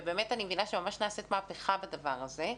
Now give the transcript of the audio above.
ובאמת אני מבינה שממש נעשית מהפכה בדבר הזה,